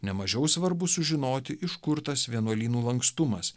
ne mažiau svarbu sužinoti iš kur tas vienuolynų lankstumas